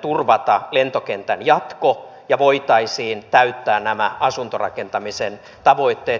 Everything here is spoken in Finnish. turvata lentokentän jatko ja voitaisiin täyttää nämä asuntorakentamisen tavoitteet